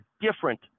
different